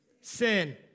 sin